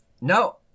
No